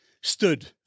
stood